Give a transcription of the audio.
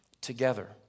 together